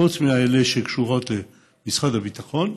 חוץ מאלה שקשורות למשרד הביטחון,